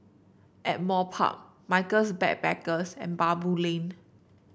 Ardmore Park Michaels Backpackers and Baboo Lane